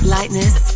Lightness